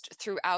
throughout